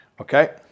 Okay